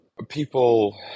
People